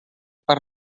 per